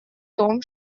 том